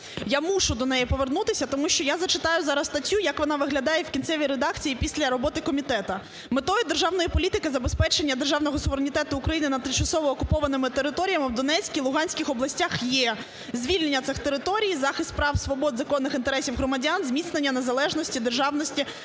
Я мушу до неї повернутися, тому що я зачитаю зараз статтю, як вона виглядає в кінцевій редакції після роботи комітету. "Метою державної політики забезпечення державного суверенітету України над тимчасово окупованими територіями в Донецькій, Луганській областях є звільнення цих територій, захист прав, свобод, законних інтересів громадян, зміцнення незалежності, державності,